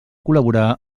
col·laborar